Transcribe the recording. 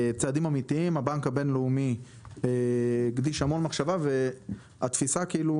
הבנק הבינלאומי הקדיש המון מחשבה, והתפיסה כאילו